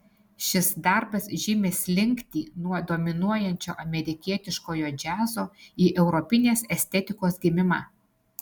šis darbas žymi slinktį nuo dominuojančio amerikietiškojo džiazo į europinės estetikos gimimą